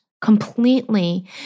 completely